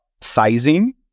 sizing